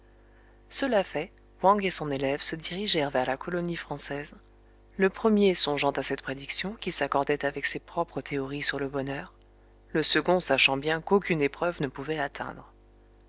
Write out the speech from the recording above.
cela fait wang et son élève se dirigèrent vers la colonie française le premier songeant à cette prédiction qui s'accordait avec ses propres théories sur le bonheur le second sachant bien qu'aucune épreuve ne pouvait l'atteindre